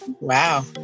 Wow